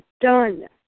done